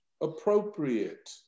appropriate